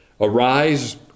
Arise